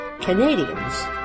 Canadians